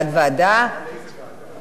מה אדוני מציע?